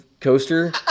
coaster